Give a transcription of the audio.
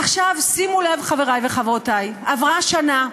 עכשיו, שימו לב, חבריי וחברותיי: עברה שנה.